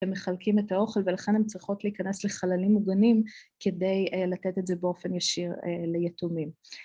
‫הם מחלקים את האוכל ולכן ‫הן צריכות להיכנס לחללים מוגנים ‫כדי לתת את זה באופן ישיר ליתומים.